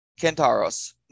Kentaros